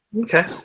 Okay